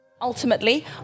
Ultimately